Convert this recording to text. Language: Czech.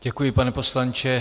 Děkuji, pane poslanče.